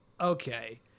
okay